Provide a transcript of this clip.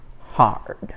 hard